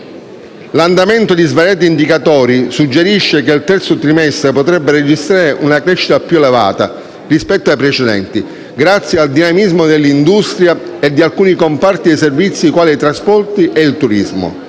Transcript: L'andamento di svariati indicatori suggerisce che il terzo trimestre potrebbe registrare una crescita più elevata rispetto ai precedenti, grazie al dinamismo dell'industria e di alcuni comparti dei servizi, quali i trasporti e il turismo.